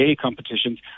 competitions